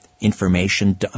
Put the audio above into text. information